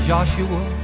Joshua